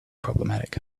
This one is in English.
problematic